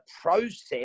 process